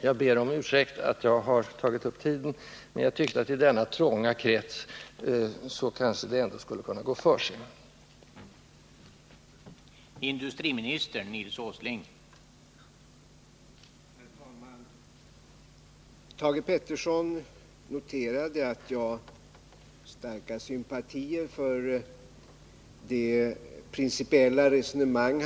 Jag ber om ursäkt för att jag har tagit upp tiden, men jag tyckte att i denna trånga krets kanske det ändå skulle kunna gå för sig även för en som inte är expert.